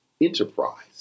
enterprise